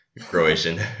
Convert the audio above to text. Croatian